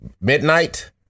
midnight